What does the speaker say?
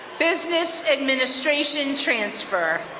business administration transfer.